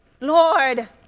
Lord